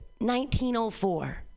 1904